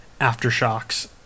Aftershocks